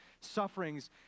sufferings